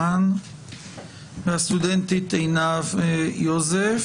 והסטודנטית עינב יוזף.